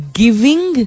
giving